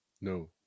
No